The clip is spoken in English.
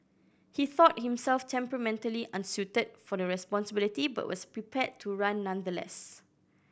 he thought himself temperamentally unsuited for the responsibility but was prepared to run nonetheless